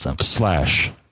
Slash